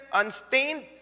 unstained